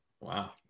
Wow